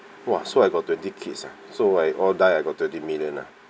!wah! so I got twenty kids ah so I all die I got twenty million ah